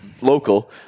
local